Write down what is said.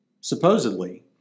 supposedly